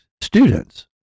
students